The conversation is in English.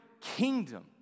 kingdom